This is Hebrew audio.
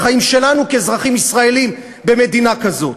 החיים שלנו כאזרחים ישראלים במדינה כזאת,